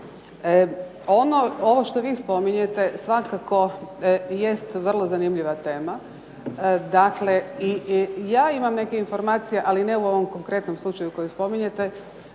Ovo što vi spominjete svakako jest vrlo zanimljiva tema, dakle i ja imam neke informacije, ali ne u ovom konkretnom slučaju koji spominjete,